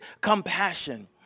compassion